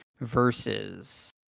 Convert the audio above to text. versus